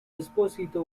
esposito